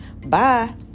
Bye